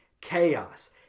chaos